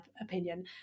opinion